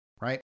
right